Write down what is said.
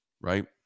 right